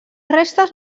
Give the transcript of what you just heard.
restes